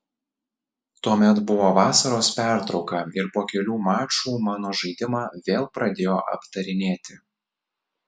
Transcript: tuomet buvo vasaros pertrauka ir po kelių mačų mano žaidimą vėl pradėjo aptarinėti